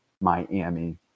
Miami